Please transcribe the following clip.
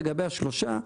לגבי השלושה,